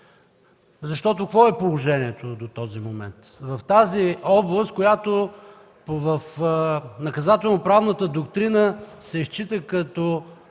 Какво е положението до този момент в тази област, в която в наказателно-правната доктрина се счита като